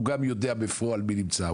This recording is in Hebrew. הוא גם יודע בפועל מי נמצא,